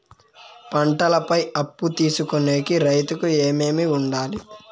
పంటల పై అప్పు తీసుకొనేకి రైతుకు ఏమేమి వుండాలి?